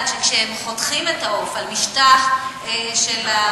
שכשהם חותכים את העוף על משטח חיתוך,